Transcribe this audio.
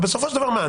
ובסופו של דבר, מה?